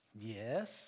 Yes